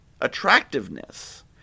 attractiveness